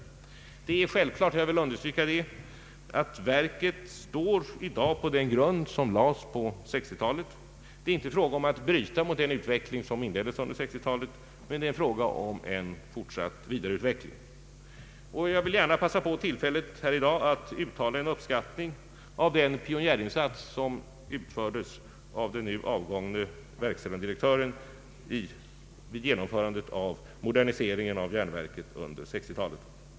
Det är självklart — jag vill understryka det -— att verket i dag står på den grund som lades under 1960-talet. Det är inte fråga om att bryta den utveckling som inleddes under 1960-talet, utan om en vidareutveckling. Jag vill gärna i dag passa på tillfället att uttala en uppskattning av den pionjärinsats som utfördes av den nu avgångne verkställande direktören vid genomförandet av moderniseringen av järnverket under 1960-talet.